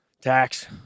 Tax